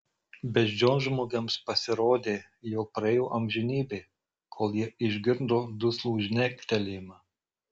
beždžionžmogiams pasirodė jog praėjo amžinybė kol jie išgirdo duslų žnektelėjimą